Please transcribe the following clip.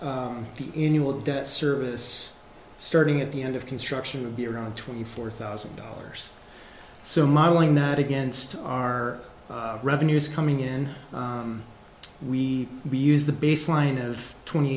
debt service starting at the end of construction would be around twenty four thousand dollars so modeling that against our revenues coming in we we use the baseline of twenty